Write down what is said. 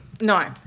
no